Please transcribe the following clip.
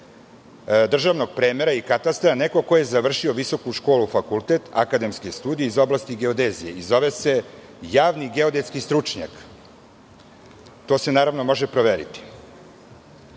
državnog premera i katastra neko ko je završio visoku školu, fakultet, akademske studije iz oblasti geodezije i zove se javni geodetski stručnjak. To se, naravno, može proveriti. Sledeća